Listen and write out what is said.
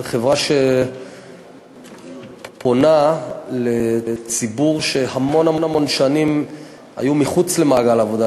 זו חברה שפונה לציבור שהמון המון שנים היה מחוץ למעגל העבודה,